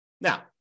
Now